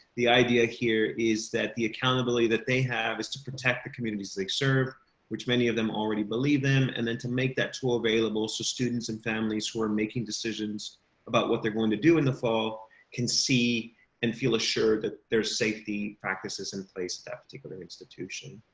the idea here is that the accountability that they have is to protect the communities they serve which many of them already believe them and then to make that tool available so students and families who are making decisions. noe ortega about what they're going to do in the fall can see and feel assured that their safety practices in place that particular institution.